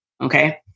Okay